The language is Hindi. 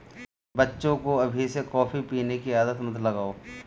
बच्चे को अभी से कॉफी पीने की आदत मत लगाओ